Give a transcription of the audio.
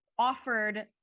offered